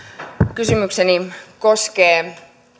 kysymykseni koskee